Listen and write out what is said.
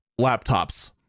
laptops